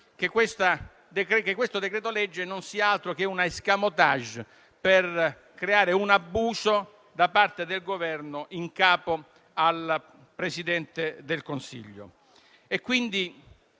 che questo decreto-legge non sia altro che un *escamotage* per creare un abuso da parte del Governo, in capo al Presidente del Consiglio.